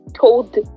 told